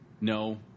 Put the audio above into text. No